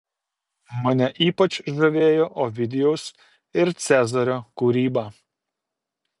mane ypač žavėjo ovidijaus ir cezario kūryba